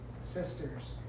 sisters